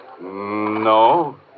No